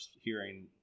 hearing